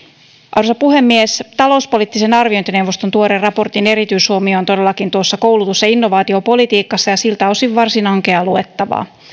arvoisa puhemies talouspoliittisen arviointineuvoston tuoreen raportin erityishuomio on todellakin koulutus ja innovaatiopolitiikassa ja siltä osin varsin ankeaa luettavaa